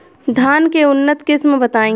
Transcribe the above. धान के उन्नत किस्म बताई?